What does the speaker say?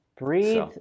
breathe